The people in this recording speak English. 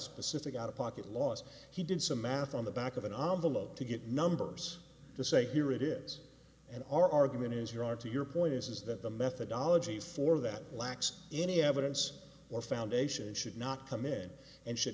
specific out of pocket loss he did some math on the back of an armadillo to get numbers to say here it is and our argument is here are to your point is that the methodology for that lacks any evidence or foundation should not come in and should